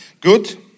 Good